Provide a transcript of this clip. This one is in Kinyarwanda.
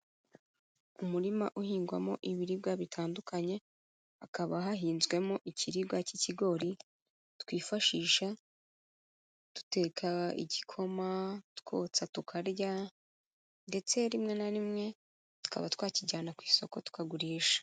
Umurima uhingwamo ibiribwa bitandukanye hakaba hahinzwemo ikiribwa cy'ikigori twifashisha duteka igikoma, twotsa tukarya ndetse rimwe na rimwe tukaba twakijyana ku isoko tukagurisha.